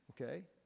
Okay